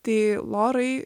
tai lorai